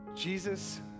Jesus